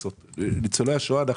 מחויבים לניצולי השואה.